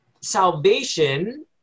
salvation